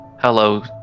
Hello